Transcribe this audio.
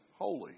Holy